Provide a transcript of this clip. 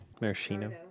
Maraschino